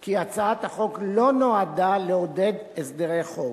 כי הצעת החוק לא נועדה לעודד הסדרי חוב,